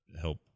help